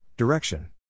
Direction